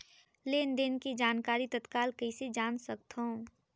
लेन देन के जानकारी तत्काल कइसे जान सकथव?